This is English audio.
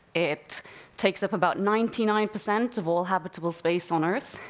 it takes up about ninety nine percent of all habitable space on earth,